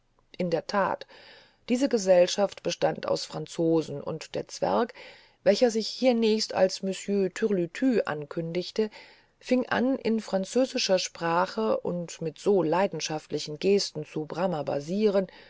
in der tat diese gesellschaft bestand aus franzosen und der zwerg welcher sich hiernächst als monsieur türlütü ankündigte fing an in französischer sprache und mit so leidenschaftlichen gesten zu